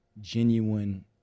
genuine